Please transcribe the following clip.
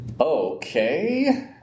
Okay